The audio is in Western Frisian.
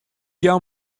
jou